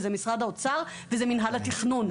אלו משרד האוצר ומינהל התכנון.